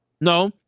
No